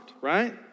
right